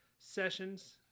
sessions